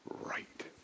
right